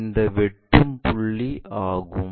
இந்த வெட்டும் புள்ளி ஆகும்